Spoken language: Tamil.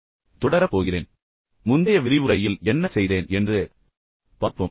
நான் தொடங்குவதற்கு முன் முந்தைய விரிவுரையில் நான் என்ன செய்தேன் என்பதை விரைவாகப் பார்ப்போம்